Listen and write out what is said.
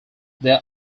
their